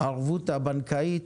שבערבות הבנקאית